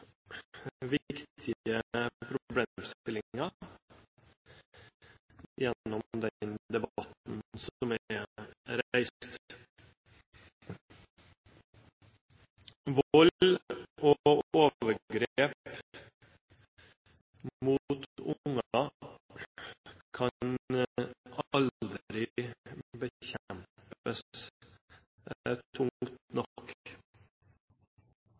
gjennom den debatten som er reist. Vold og overgrep mot unger kan aldri bekjempes tungt nok.